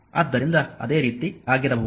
ಆದ್ದರಿಂದ ಅದೇ ರೀತಿ ಆಗಿರಬಹುದು